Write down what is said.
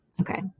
Okay